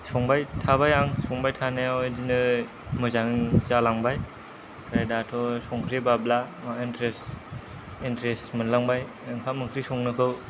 संबाय थाबाय आं संबाय थानायाव इदिनो मोजां जालांबाय ओमफ्राय दाथ' संख्रि बाबला इन्ट्रेस्ट इन्ट्रेस्ट मोनलांबाय ओंखाम ओंख्रि संनोखौ